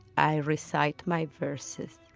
i recite my verses.